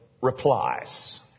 replies